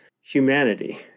humanity